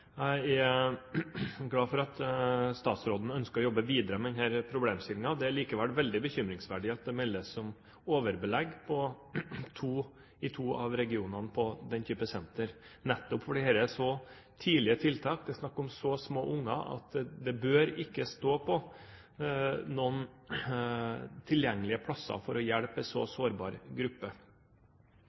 at statsråden ønsker å jobbe videre med denne problemstillingen. Det er likevel veldig bekymringsfullt at det meldes om overbelegg i to av regionene på den type senter, nettopp fordi dette er så tidlige tiltak. Det er snakk om så små barn at det ikke bør stå på noen tilgjengelige plasser for å hjelpe en så sårbar gruppe.